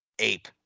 ape